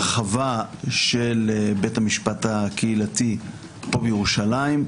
הרחבה של בית המשפט הקהילתי פה בירושלים,